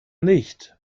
nicht